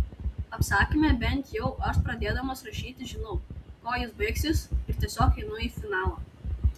apsakyme bent jau aš pradėdamas rašyti žinau kuo jis baigsis ir tiesiog einu į finalą